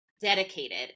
dedicated